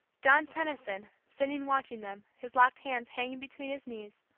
john tenison, sitting watching them, his locked hands hanging between his knees,